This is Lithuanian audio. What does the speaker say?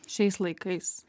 šiais laikais